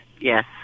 yes